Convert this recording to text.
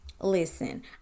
listen